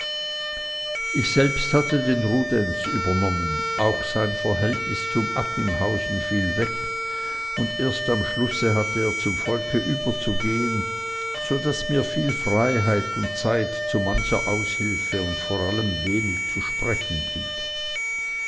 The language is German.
ich selbst hatte den rudenz übernommen auch sein verhältnis zum attinghausen fiel weg und erst am schlusse hatte er zum volke überzugehen so daß mir viel freiheit und zeit zu mancher aushilfe und vor allem wenig zu sprechen blieb